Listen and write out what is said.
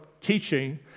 teaching